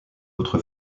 autre